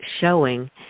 showing